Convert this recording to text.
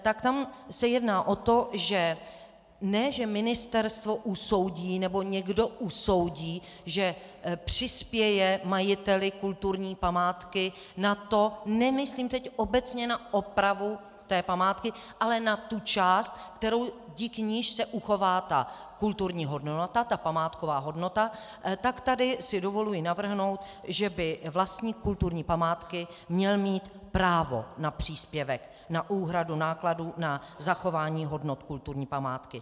Tak tam se jedná o to, ne že ministerstvo nebo někdo usoudí, že přispěje majiteli kulturní památky na to nemyslím teď obecně na opravu té památky, ale na tu část, díky níž se uchová kulturní hodnota, ta památková hodnota, tak tady si dovoluji navrhnout, že by vlastník kulturní památky měl mít právo na příspěvek, na úhradu nákladů na zachování hodnot kulturní památky.